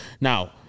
Now